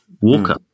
walker